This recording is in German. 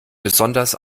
besonders